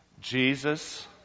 Jesus